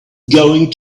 going